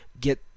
get